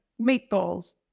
meatballs